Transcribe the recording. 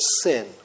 sin